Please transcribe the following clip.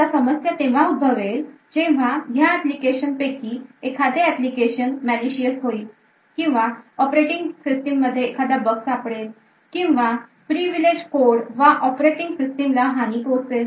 आता समस्या तेव्हा उद्भवेल जेव्हा ह्या एप्लिकेशन पैकी एखादे एप्लीकेशन malicious होईल किंवा operating system मध्ये एखादा bug सापडेल किंवा privilege code वा operating system ला हानी पोहोचेल